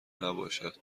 نباشد